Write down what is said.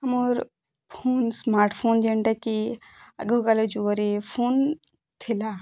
ମୋର୍ phone smart phone ଯେନ୍ଟା କି ଆଗକାଲ ଯୁଗରେ ଫୋନ୍ ଥିଲା